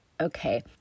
okay